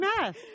mess